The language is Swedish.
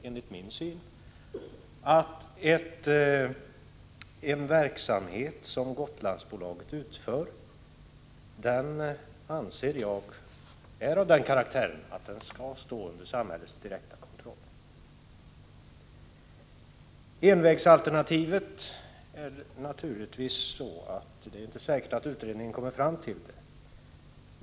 En verksamhet som den som Gotlandsbolaget bedriver är enligt mitt synsätt av den karaktären att den skall stå under samhällets direkta kontroll. Det är naturligtvis inte säkert att utredningen kommer fram till envägsalternativet.